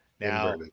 now